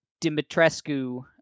dimitrescu